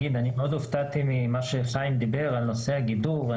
מאוד הופתעתי ממה שחיים דיבר על נושא הגידור.